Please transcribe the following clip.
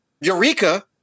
eureka